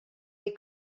they